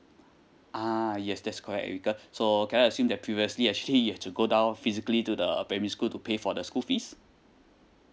ah yes that's correct erica so can I assume that previously actually you have to go down physically to the primary school to pay for the school fees